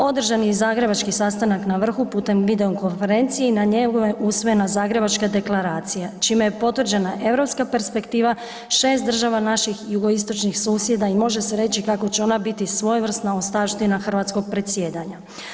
Održan je i zagrebački sastanak na vrhu putem video konferencije i na njemu je usvojena Zagrebačka deklaracija čime je potvrđena europska perspektiva 6 država naših jugoistočnih susjeda i može se reći kako će ona biti svojevrsna ostavština hrvatskog predsjedanja.